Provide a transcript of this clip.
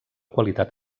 qualitat